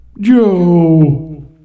Joe